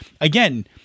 again